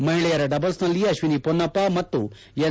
ಮಹಿಳೆಯರ ಡಬಲ್ಸನಲ್ಲಿ ಅಶ್ವಿನಿ ಪೊನ್ನಪ್ಪ ಮತ್ತು ಎನ್